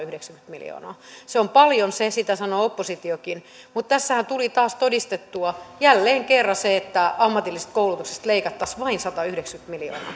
miljoonaa se on paljon se sitä sanoo oppositiokin mutta tässähän tuli taas todistettua jälleen kerran se että ammatillisesta koulutuksesta leikattaisiin vain satayhdeksänkymmentä miljoonaa